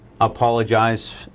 apologize